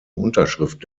unterschrift